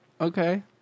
Okay